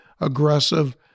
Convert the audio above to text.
aggressive